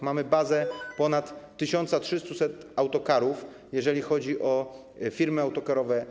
Mamy bazę ponad 1300 autokarów, jeżeli chodzi o firmy autokarowe.